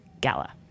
gala